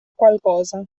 qualcosa